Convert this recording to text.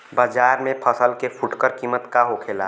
बाजार में फसल के फुटकर कीमत का होखेला?